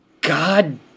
God